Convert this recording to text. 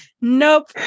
nope